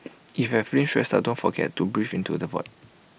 if you are feeling stressed out don't forget to breathe into the void